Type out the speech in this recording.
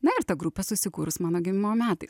na ir ta grupė susikūrus mano gimimo metais